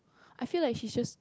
I feel like she's just